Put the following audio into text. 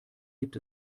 gibt